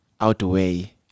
outweigh